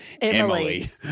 Emily